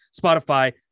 Spotify